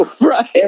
Right